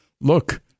look